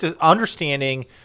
understanding